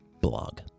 blog